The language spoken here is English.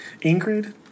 Ingrid